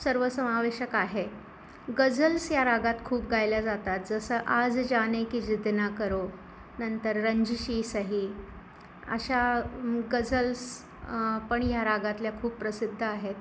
सर्व समावेशक आहे गझल्स या रागात खूप गायल्या जातात जसं आज जाने की जिद ना करो नंतर रंजीशी सही अशा गझल्स पण या रागातल्या खूप प्रसिद्ध आहेत